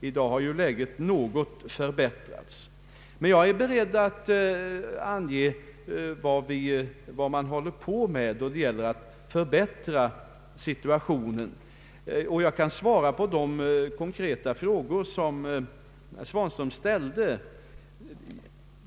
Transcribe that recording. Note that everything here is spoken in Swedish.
I dag har ju läget något förbättrats. Jag är emellertid beredd att ange vad som håller på att ske då det gäller att förbättra situationen, och jag skall svara på de frågor som herr Svanström ställde i dag.